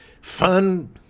fun